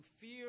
fear